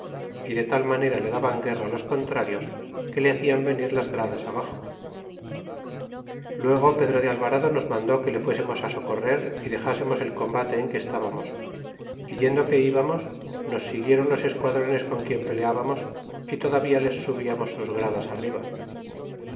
y de tal manera le daban guerra los contrarios que le hacian venir las gradas abaxo y luego pedro de alvarado nos mandó quís le fuésemos á socorrer y dexásemos el combate en que estábamos é yendo que íbamos nos siguieron los esquadrones con quien peleábamos y todavía les subíamos sus gradas arriba